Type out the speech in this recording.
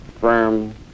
firm